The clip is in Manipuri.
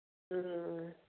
ꯎꯝ